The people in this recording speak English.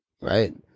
Right